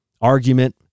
argument